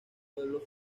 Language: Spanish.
pueblo